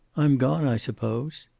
i'm gone, i suppose?